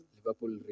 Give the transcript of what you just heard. Liverpool